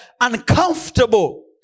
uncomfortable